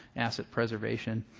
asset preservation